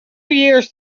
years